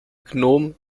gnom